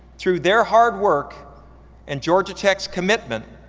through their hard work and georgia tech's commitment,